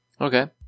okay